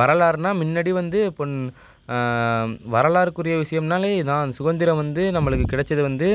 வரலாறுனா முன்னாடி வந்து பொன் வரலாறுக்குரிய விஷயம்னாலே இதுதான் சுகந்திரம் வந்து நம்மளுக்கு கிடச்சது வந்து